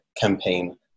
campaign